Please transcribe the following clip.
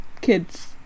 kids